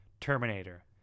Terminator